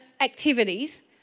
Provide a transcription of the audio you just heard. activities